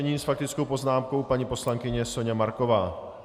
Nyní s faktickou poznámkou paní poslankyně Soňa Marková.